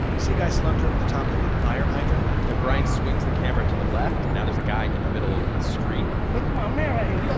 you see a guy slumped over the top of a fire hydrant then brian swings the camera to the left, and now there's a guy in the middle of the street look um